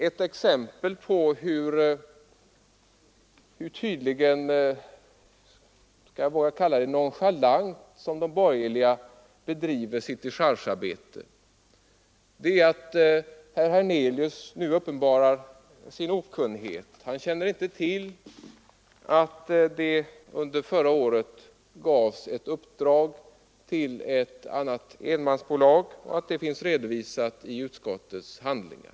Ett exempel på hur nonchalant de borgerliga tydligen bedriver sitt dechargearbete är den okunnighet som herr Hernelius uppenbarade i sitt senaste inlägg. Han känner inte till att det under förra året gavs ett uppdrag till ett annat enmansbolag, något som också redovisats i utskottets handlingar.